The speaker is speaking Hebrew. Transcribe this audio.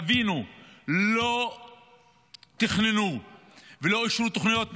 תבינו, לא תכננו ולא אישרו תוכניות מתאר,